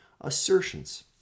assertions